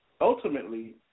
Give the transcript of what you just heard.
ultimately